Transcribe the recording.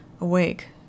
awake